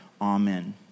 Amen